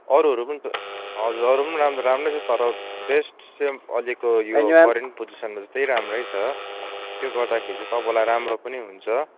अरूहरू पनि छ हजुर अरूहरू पनि राम्रो त राम्रै छ तर बेस्ट चाहिँ हजुरको यो करेन्ट पोजिसन चाहिँ राम्रै छ त्यो गर्दाखेरि तपाईँलाई राम्रो पनि हुन्छ